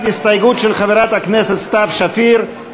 הסתייגות של חברת הכנסת סתיו שפיר,